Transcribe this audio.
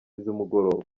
z’umugoroba